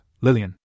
Lillian